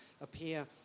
appear